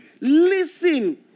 Listen